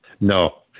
No